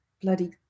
bloody